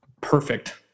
Perfect